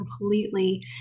completely